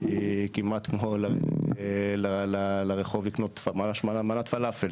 היא כמעט כמו ללכת לרחוב לקנות מנת פלאפל.